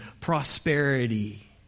prosperity